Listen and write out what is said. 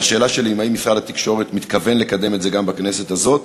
והשאלה שלי היא אם משרד התקשורת מתכוון לקדם את זה גם בכנסת הזאת.